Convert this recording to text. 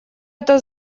это